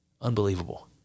Unbelievable